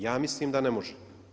Ja mislim da ne može.